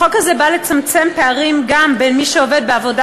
החוק הזה בא לצמצם פערים גם בין מי שעובד בעבודה